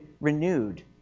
renewed